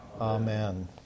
Amen